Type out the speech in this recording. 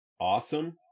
awesome